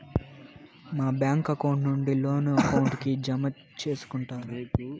మా bank account నుండి loan account కి జామ సేసుకుంటారా?